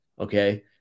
okay